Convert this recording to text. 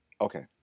Okay